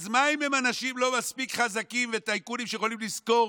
אז מה אם הם אנשים לא מספיק חזקים וטייקונים שיכולים לשכור